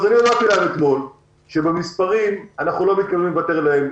אמרתי להם אתמול שבמספרים אנחנו לא מתכוונים לוותר להם.